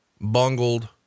bungled